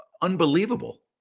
unbelievable